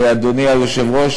אדוני היושב-ראש,